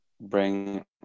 bring